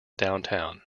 downtown